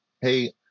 hey